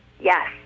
Yes